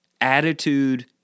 Attitude